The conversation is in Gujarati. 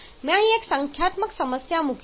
મેં અહીં એક સંખ્યાત્મક સમસ્યા મૂકી છે